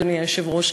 אדוני היושב-ראש.